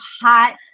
hot